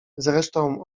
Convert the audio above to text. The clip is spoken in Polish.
zresztą